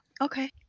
Okay